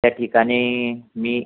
त्या ठिकाणी मी